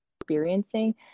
experiencing